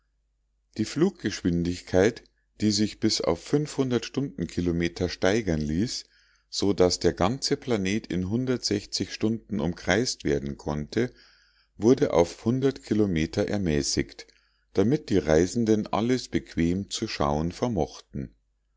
die fluggeschwindigkeit die sich bis auf stundenkilometer steigern ließ so daß der ganze planet in stunden umkreist werden konnte wurde auf kilometer ermäßigt damit die reisenden alles bequem zu schauen vermöchten